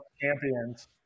champions